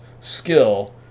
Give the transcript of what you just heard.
skill